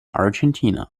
argentina